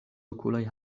okuloj